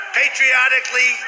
patriotically